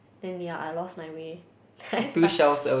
then ya I lost my way then I start